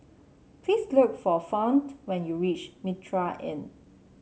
please look for Fount when you reach Mitraa Inn